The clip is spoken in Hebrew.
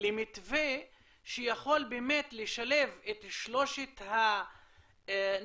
למתווה שיכול באמת לשלב את שלושת הנדבכים